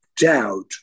Doubt